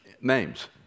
names